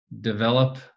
develop